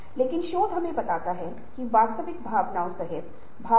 और यह भी देखा गया है कि यह लेविन के परिवर्तन मॉडल में भी है